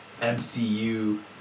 MCU